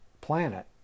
planet